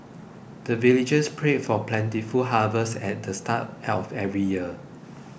the villagers pray for plentiful harvest at the start of every year